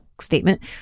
statement